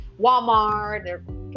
Walmart